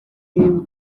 imwe